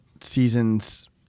seasons